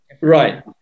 Right